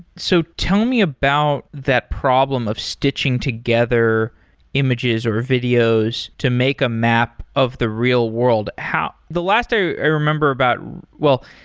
so tell me about that problem of stitching together images or videos to make a map of the real-world. the last i remember about well,